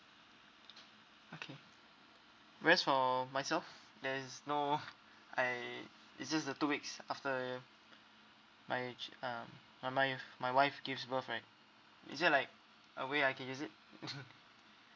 okay rest for myself there is no I it's just the two weeks after my ch~ um my my my wife gives birth right is there like a way I can use it